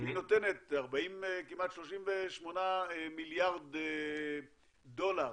שהיא נותנת כמעט 38 מיליארד דולר